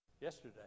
Yesterday